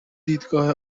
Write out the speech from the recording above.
دیدگاه